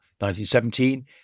1917